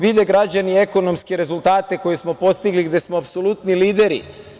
Vide građani ekonomske rezultate koje smo postigli gde smo apsolutni lideri.